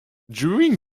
during